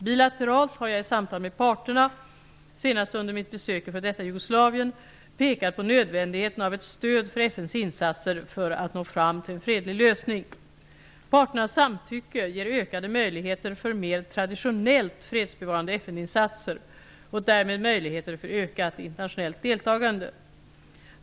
Bilateralt har jag i samtal med parterna, senast under mitt besök i f.d. Jugoslavien, pekat på nödvändigheten av ett stöd för FN:s insatser för att nå fram till en fredlig lösning. Parternas samtycke ger ökade möjligheter för mer traditionellt fredsbevarande FN-insatser och därmed möjligheter för ökat internationellt deltagande.